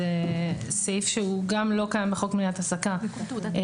זה סעיף שהוא גם לא קיים בחוק מניעת העסקה של